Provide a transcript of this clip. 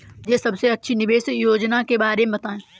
मुझे सबसे अच्छी निवेश योजना के बारे में बताएँ?